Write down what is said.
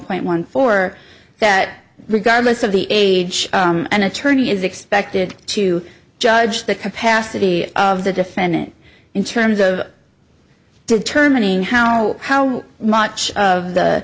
point one four that regardless of the age an attorney is expected to judge the capacity of the defendant in terms of determining how how much of the